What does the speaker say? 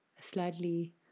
slightly